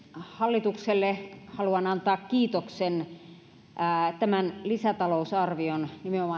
hallitukselle haluan antaa kiitoksen nimenomaan näistä tämän lisätalousarvion